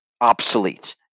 obsolete